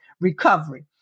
recovery